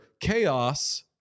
chaos